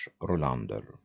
Rolander